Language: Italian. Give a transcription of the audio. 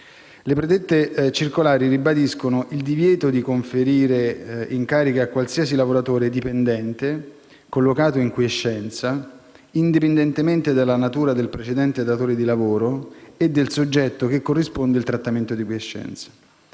Le predette circolari ribadiscono il divieto di conferire incarichi a qualsiasi lavoratore dipendente collocato in quiescenza, indipendentemente dalla natura del precedente datore di lavoro e del soggetto che corrisponde il trattamento di quiescenza.